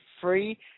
free